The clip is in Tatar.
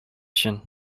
өчен